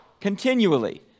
continually